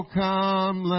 come